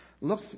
look